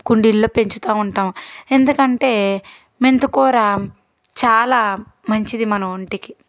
కుండీల్లో పెంచుతూ ఉంటాము ఎందుకంటే మెంతికూర చాలా మంచిది మన ఒంటికి